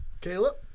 Caleb